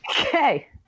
Okay